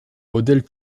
modèles